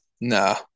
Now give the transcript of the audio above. No